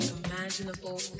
imaginable